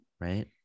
right